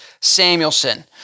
Samuelson